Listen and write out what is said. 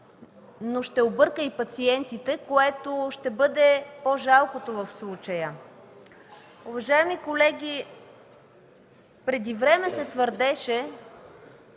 но ще обърка и пациентите, което ще бъде по-жалкото в случая. Уважаеми колеги, преди време се твърдеше,